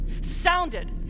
sounded